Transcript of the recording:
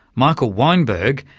michael weinberg,